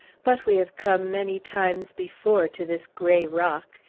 but we have come many times before to this gray rock,